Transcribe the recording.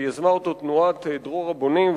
שיזמה אותו תנועת "דרור הבונים",